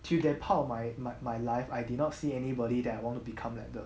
to that part of my my my life I did not see anybody that I want to become like the